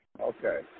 Okay